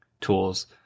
tools